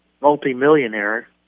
multimillionaire